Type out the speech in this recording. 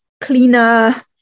cleaner